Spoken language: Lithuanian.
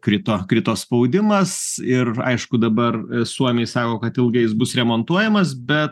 krito krito spaudimas ir aišku dabar suomiai sako kad ilgai jis bus remontuojamas bet